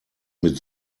mit